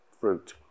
fruit